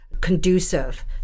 conducive